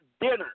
dinner